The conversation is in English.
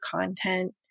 content